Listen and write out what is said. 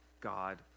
God